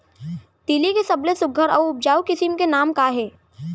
तिलि के सबले सुघ्घर अऊ उपजाऊ किसिम के नाम का हे?